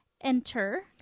enter